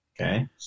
Okay